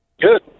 Good